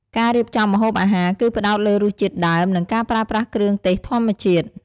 ការរៀបចំម្ហូបអាហារគឺផ្ដោតលើរសជាតិដើម និងការប្រើប្រាស់គ្រឿងទេសធម្មជាតិ។